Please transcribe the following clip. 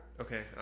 Okay